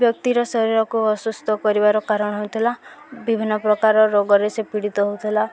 ବ୍ୟକ୍ତିର ଶରୀରକୁ ଅସୁସ୍ଥ କରିବାର କାରଣ ହେଉଥିଲା ବିଭିନ୍ନ ପ୍ରକାର ରୋଗରେ ସେ ପୀଡ଼ିତ ହଉଥିଲା